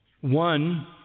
One